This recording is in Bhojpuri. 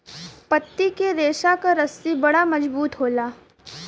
पत्ती के रेशा क रस्सी बड़ा मजबूत होला